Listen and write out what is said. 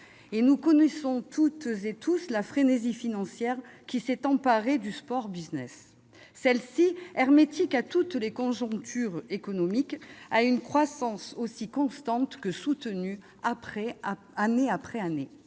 et nous connaissons toutes et tous la frénésie financière qui s'est emparée du sport-business. Celle-ci, hermétique à toutes les conjonctures économiques, connaît une croissance aussi constante que soutenue année après année.